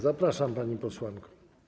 Zapraszam, pani posłanko.